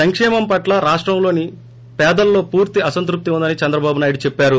సంకేమం పట్ల రాష్టంలోని పేదల్లో పూర్తి సంతృప్తి ఉందని చంద్రబాబు నాయుడు చెప్పారు